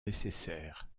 nécessaires